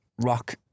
rock